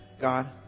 God